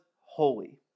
holy